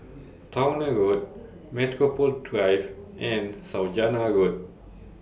Towner Road Metropole Drive and Saujana Road